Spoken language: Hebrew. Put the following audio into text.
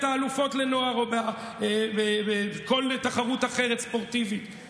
האלופות לנוער או בכל תחרות ספורטיבית אחרת.